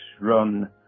run